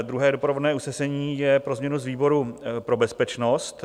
Druhé doprovodné usnesení je pro změnu z výboru pro bezpečnost.